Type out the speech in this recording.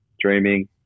dreaming